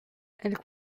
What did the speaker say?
elles